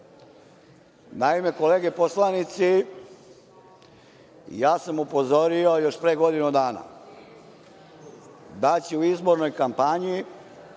kolege poslanici, ja sam upozorio još pre godinu dana da će u izbornoj kampanji